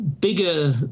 bigger